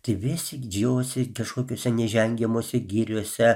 tai visi didžiuojasi ir kažkokiuose neįžengiamose giriose